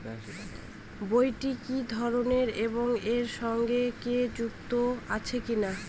বইটি কি ধরনের এবং এর সঙ্গে কেউ যুক্ত আছে কিনা?